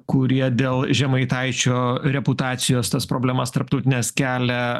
kurie dėl žemaitaičio reputacijos tas problemas tarptautines kelia